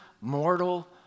mortal